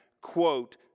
quote